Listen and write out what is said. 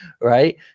right